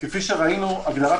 שאלה טובה.